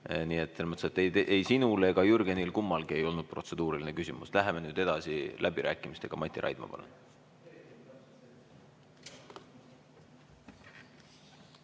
mõttes ei sinul ega Jürgenil kummalgi ei olnud protseduuriline küsimus. Läheme nüüd edasi läbirääkimistega. Mati Raidma, palun!